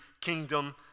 kingdom